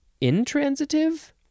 intransitive